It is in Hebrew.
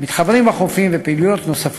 "מתחברים בחופים" ופעילויות נוספות.